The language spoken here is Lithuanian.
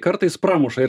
kartais pramuša ir